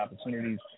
opportunities